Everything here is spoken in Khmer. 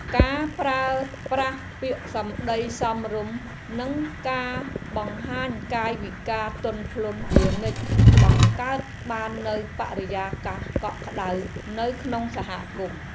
ការប្រើប្រាស់ពាក្យសម្តីសមរម្យនិងការបង្ហាញកាយវិការទន់ភ្លន់ជានិច្ចបង្កើតបាននូវបរិយាកាសកក់ក្តៅនៅក្នុងសហគមន៍។